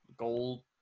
Gold